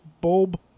bulb